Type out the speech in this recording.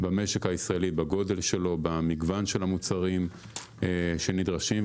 במשק הישראלי, בגודלו, במגוון המוצרים הנדרשים.